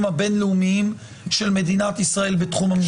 הבינלאומיים של מדינת ישראל בתחום המסחר?